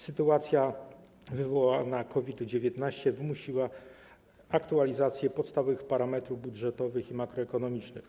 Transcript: Sytuacja wywołana COVID-19 wymusiła aktualizację podstawowych parametrów budżetowych i makroekonomicznych.